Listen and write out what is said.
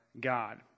God